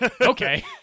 Okay